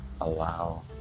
allow